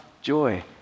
joy